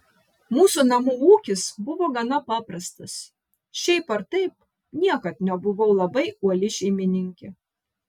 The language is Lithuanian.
mūsų namų ūkis buvo gana paprastas šiaip ar taip niekad nebuvau labai uoli šeimininkė